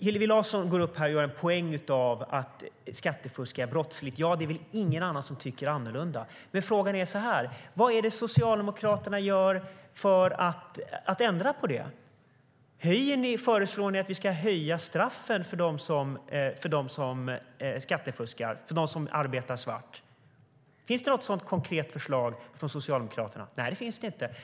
Hillevi Larsson går upp här och gör en poäng av att skattefusk är brottsligt. Det är väl ingen som tycker annorlunda. Frågan är: Vad är det Socialdemokraterna gör för att ändra på det? Föreslår ni att vi ska höja straffen för dem som skattefuskar och för dem som arbetar svart? Finns det något sådant konkret förslag från Socialdemokraterna? Nej, det finns det inte.